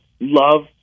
love